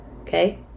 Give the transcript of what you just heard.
okay